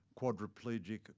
quadriplegic